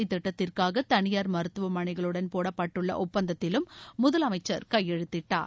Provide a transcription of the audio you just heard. இத்திட்டத்திற்காக தனியார் மருத்துவமனைகளுடன் போடப்பட்டுள்ள ஒப்பந்தத்திலும் முதலமைச்சர் கையெழுத்திட்டார்